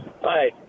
Hi